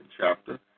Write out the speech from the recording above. chapter